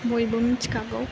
बयबो मिथिखागौ